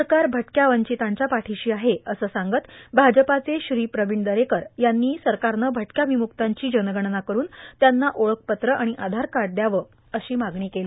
सरकार भटक्या वंचितांच्या पाठीशी आहे असं सांगत भाजपाचे श्री प्रवीण दरेकर यांनी सरकारनं भटक्या विमुक्तांची जनगणना करून त्यांना ओळखपत्र आधारकार्ड द्यावं अशी मागणी केली